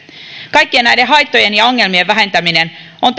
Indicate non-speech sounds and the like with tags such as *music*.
kaikkien näiden haittojen ja ongelmien vähentäminen on *unintelligible*